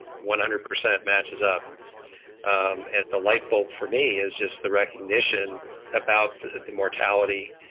one hundred percent matches up um at the light bulb for me is just the recognition about the mortality.